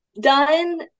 done